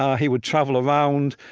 ah he would travel around,